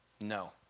No